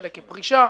חלק כפרישה.